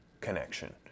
connection